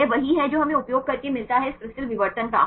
यह वही है जो हमें उपयोग करके मिलता है इस क्रिस्टल विवर्तन का